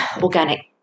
organic